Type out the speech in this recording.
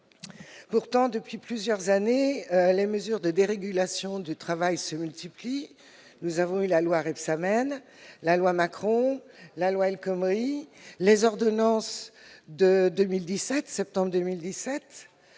Pourtant, depuis plusieurs années, les mesures de dérégulation du travail se multiplient. Après la loi Rebsamen, la loi Macron, la loi El Khomri et les ordonnances du 22 septembre 2017,